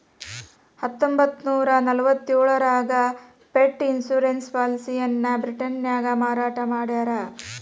ಹತ್ತೊಂಬತ್ತನೂರ ನಲವತ್ತ್ಯೋಳರಾಗ pet insurance ಪಾಲಿಸಿಯನ್ನ ಬ್ರಿಟನ್ನ್ಯಾಗ ಮಾರಾಟ ಮಾಡ್ಯಾರ